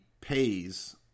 pays